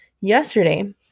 yesterday